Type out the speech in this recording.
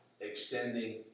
extending